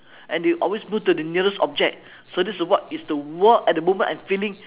and they always go to the nearest object so this is what it is the what at the moment I'm feeling